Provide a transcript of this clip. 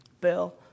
Bill